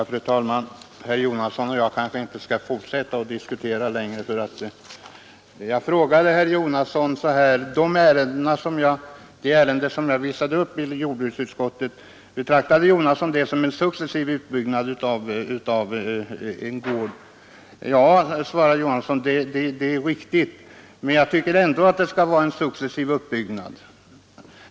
Fru talman! Herr Jonasson och jag kanske inte skall fortsätta att diskutera längre. Jag frågade herr Jonasson: Betraktar herr Jonasson det ärende jag visade upp i jordbruksutskottet som en successiv utbyggnad av en gård? Ja, svarade herr Jonasson, det är riktigt. Han tyckte att det skall vara en successiv utbyggnad.